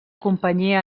companyia